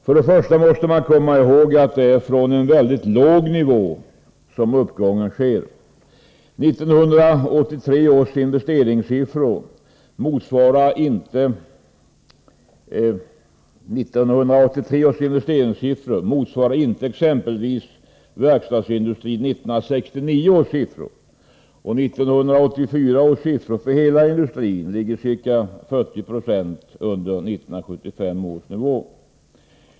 Först och främst måste man komma ihåg att det är från en väldigt låg nivå uppgången sker. 1983 års investeringssiffror motsvarar exempelvis inte 1969 års siffror för verkstadsindustrin. Och 1984 års siffror för hela industrin ligger ca 40 96 under 1975 års nivå.